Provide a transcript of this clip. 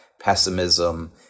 pessimism